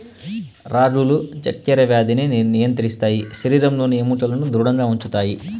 రాగులు చక్కర వ్యాధిని నియంత్రిస్తాయి శరీరంలోని ఎముకలను ధృడంగా ఉంచుతాయి